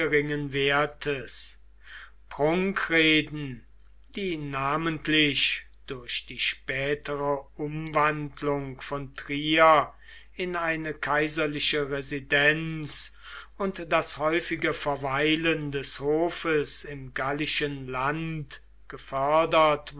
die namentlich durch die spätere umwandlung von trier in eine kaiserliche residenz und das häufige verweilen des hofes im gallischen land